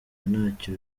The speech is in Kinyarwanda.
ntacyo